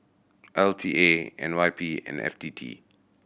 L T A N Y P and F T T